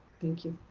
thank you.